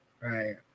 Right